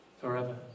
forever